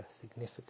significant